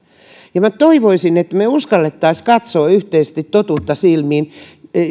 toivoisin että me uskaltaisimme katsoa yhteisesti totuutta silmiin